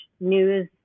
news